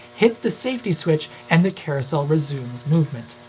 hit the safety switch, and the carousel resumes movement.